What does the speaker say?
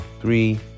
three